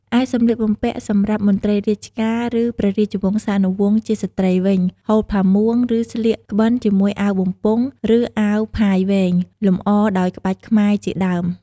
ឯសម្លៀកបំពាក់សម្រាប់មន្រ្តីរាជការ ឬព្រះរាជវង្សានុវង្សជាស្រ្តីមាន ហូលផាមួង ឬស្លៀកក្បិនជាមួយអាវបំពង់ ឬអាវផាយវែង លម្អដោយក្បាច់ខ្មែរជាដើម។